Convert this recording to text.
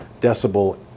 decibel